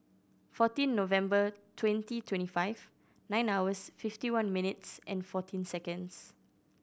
fourteen November twenty twenty five nine hours fifty one minutes and fourteen seconds